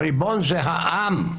הריבון זה העם,